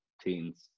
teens